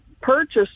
purchase